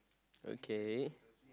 okay